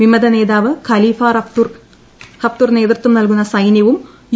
വിമത നേതാവ് Khalifa Haftar നേതൃത്വം നൽകുന്ന സൈനൃവും യു